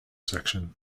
section